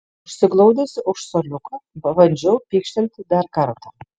užsiglaudusi už suoliuko pabandžiau pykštelėti dar kartą